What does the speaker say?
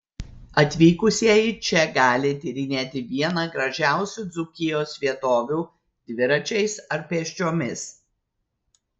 atvykusieji čia gali tyrinėti vieną gražiausių dzūkijos vietovių dviračiais ar pėsčiomis